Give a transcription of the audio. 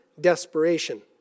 desperation